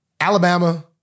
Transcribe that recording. Alabama